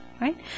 Right